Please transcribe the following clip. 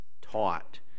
taught